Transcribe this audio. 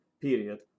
period